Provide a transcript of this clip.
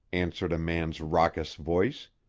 answered a man's raucous voice.